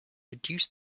reduced